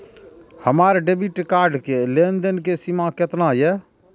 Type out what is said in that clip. हमार debit card के लेन देन के सीमा केतना ये?